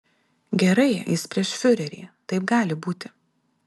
gerai jis prieš fiurerį taip gali būti